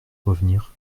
revenir